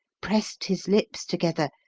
pressed his lips together,